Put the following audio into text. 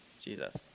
Jesus